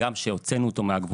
וגם לספר שהוצאנו אותו מהקבוצה.